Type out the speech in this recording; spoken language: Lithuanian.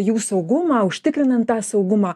jų saugumą užtikrinant tą saugumą